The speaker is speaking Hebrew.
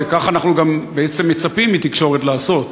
וכך אנחנו בעצם גם מצפים מתקשורת לעשות,